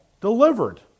delivered